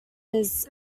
his